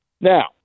Now